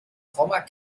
frommer